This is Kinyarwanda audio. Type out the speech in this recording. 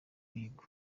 imihigo